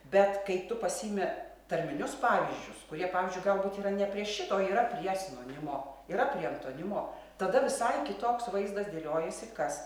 bet kai tu pasiimi tarminius pavyzdžius kurie pavyzdžiui galbūt yra ne prie šito o yra prie sinonimo yra prie antonimo tada visai kitoks vaizdas dėliojasi kas